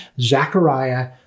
Zechariah